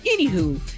anywho